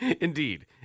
indeed